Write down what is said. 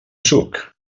suc